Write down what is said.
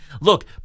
Look